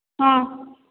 ହଁ